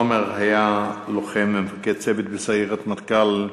עמר היה לוחם ומפקד צוות בסיירת מטכ"ל.